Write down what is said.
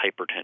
hypertension